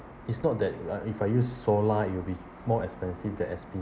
it's not that ah if I use solar it will be more expensive than S_P